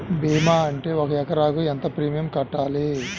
భీమా ఉంటే ఒక ఎకరాకు ఎంత ప్రీమియం కట్టాలి?